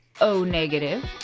O-negative